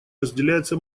разделяется